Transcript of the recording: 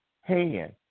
hand